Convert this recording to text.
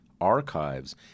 archives